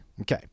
Okay